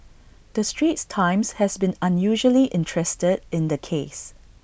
the straits times has been unusually interested in the case